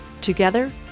Together